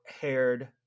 haired